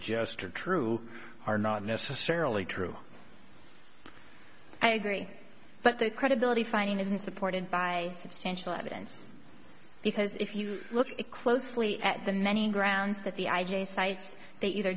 suggest are true are not necessarily true i agree but the credibility finding isn't supported by substantial evidence because if you look closely at the many grounds that the i j a cites they either